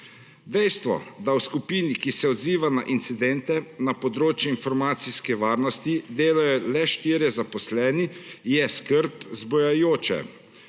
Dejstvo, da v skupini, ki se odziva na incidente na področju informacijske varnosti, delajo le štirje zaposleni je skrb zbujajoče.